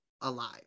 alive